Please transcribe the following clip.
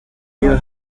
iyo